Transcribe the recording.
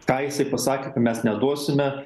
ką jisai pasakė mes neduosime